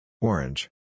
Orange